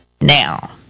now